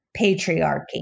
patriarchy